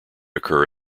occur